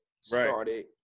started